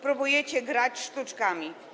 Próbujecie grać sztuczkami.